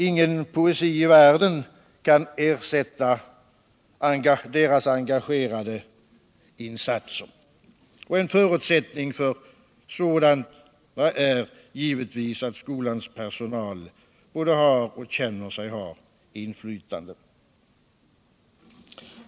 Ingen poesi världen kan ersätta deras engagerade insatser, och en förutsättning för sådana är givetvis att skolans personal både har och känner sig ha inflytande.